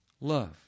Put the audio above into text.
love